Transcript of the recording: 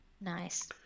Nice